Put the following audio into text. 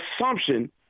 assumption